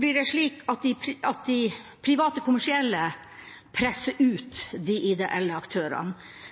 blir det slik at de private kommersielle presser ut de ideelle aktørene.